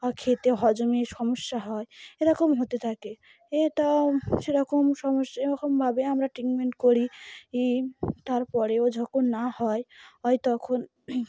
খেতে হজমের সমস্যা হয় এরকম হতে থাকে এটাও সেরকম সমস্যা এরকমভাবে আমরা ট্রিটমেন্ট করি ই তারপরেও যখন না হয় হয় তখন